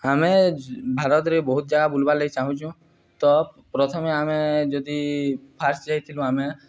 ଆମେ ଭାରତରେ ବହୁତ ଜାଗା ବୁଲ୍ବାର ଲାଗି ଚାହୁଁଛୁ ତ ପ୍ରଥମେ ଆମେ ଯଦି ଫାଷ୍ଟ ଯାଇଥିଲୁ ଆମେ